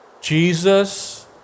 Jesus